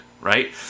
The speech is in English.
right